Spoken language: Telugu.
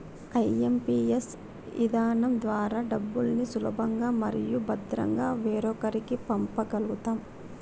ఐ.ఎం.పీ.ఎస్ విధానం ద్వారా డబ్బుల్ని సులభంగా మరియు భద్రంగా వేరొకరికి పంప గల్గుతం